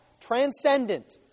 transcendent